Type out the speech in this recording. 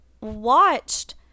watched